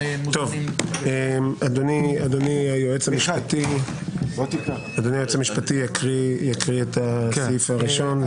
אדוני היועץ המשפטי יקרא את הסעיף הראשון.